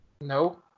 No